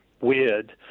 weird